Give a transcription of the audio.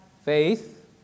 faith